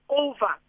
over